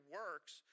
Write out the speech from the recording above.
works